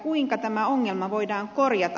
kuinka tämä ongelma voidaan korjata